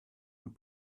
und